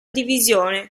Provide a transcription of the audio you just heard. divisione